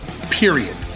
Period